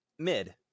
mid